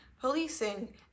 policing